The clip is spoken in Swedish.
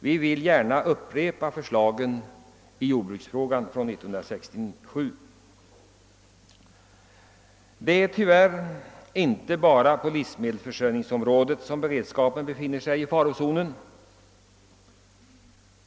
Vi vill gärna upprepa förslagen i jordbruksfrågan från 1967. Det är tyvärr inte bara på livsmedelsförsörjningsområdet som beredskapen befinner sig i farozonen.